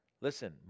Listen